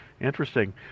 interesting